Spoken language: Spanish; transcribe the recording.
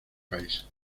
país